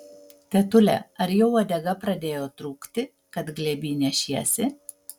tetule ar jau uodega pradėjo trūkti kad glėby nešiesi